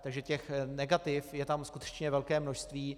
Takže těch negativ je tam skutečně velké množství.